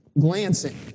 glancing